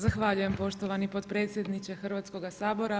Zahvaljujem poštovani potpredsjedniče Hrvatskoga sabora.